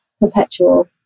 Perpetual